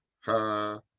ha